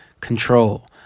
control